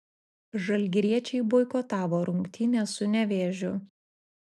žalgiriečiai boikotavo rungtynes su nevėžiu